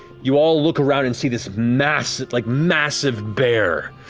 you all look around and see this massive, like massive, bear.